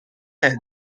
hens